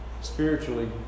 Spiritually